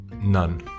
None